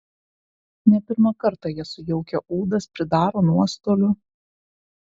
ne pirmą kartą jie sujaukia ūdas pridaro nuostolių